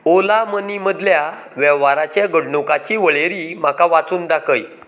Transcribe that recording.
ओला मनी मदल्या वेव्हाराचे घडणुकाची वळेरी म्हाका वाचून दाखय